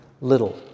little